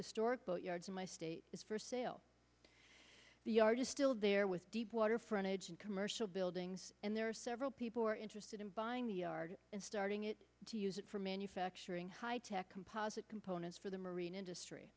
historic yards in my state is for sale the artist still there with deep water front edge and commercial buildings and there are several people who are interested in buying the yard and starting it to use it for manufacturing high tech composite components for the marine industry